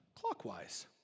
clockwise